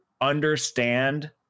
understand